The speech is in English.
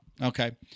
Okay